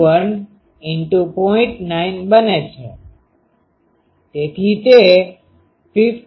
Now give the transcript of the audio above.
તેથી તે 50 જેવું કંઈક મળે છે